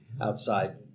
outside